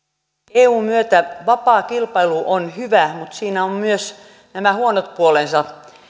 eun myötä vapaa kilpailu on hyvä mutta siinä on myös nämä huonot puolensa